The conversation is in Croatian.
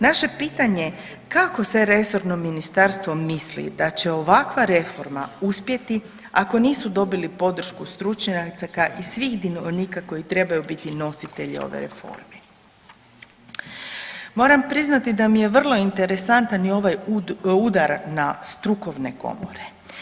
Naše pitanje je kako se resorno ministarstvo misli da će ovakva reforma uspjeti ako nisu dobili podršku stručnjaka i svih dionika koji trebaju biti nositelji ove reforme' Moram priznati da mi je vrlo interesantan i ovaj udar na strukovne komore.